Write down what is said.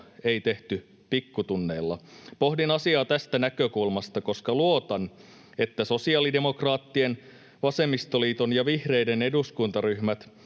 ei tehty pikkutunneilla. Pohdin asiaa tästä näkökulmasta, koska luotan, että sosiaalidemokraattien, vasemmistoliiton ja vihreiden eduskuntaryhmät